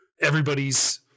everybody's